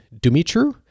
Dumitru